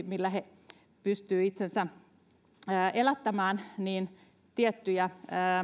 millä he pystyvät itsensä elättämään niin tiettyjä